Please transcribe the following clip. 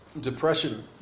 depression